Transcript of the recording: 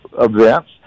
events